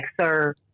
sir